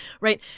right